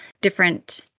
different